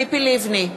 ציפי לבני,